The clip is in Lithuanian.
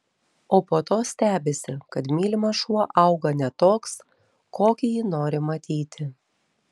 o po to stebisi kad mylimas šuo auga ne toks kokį jį nori matyti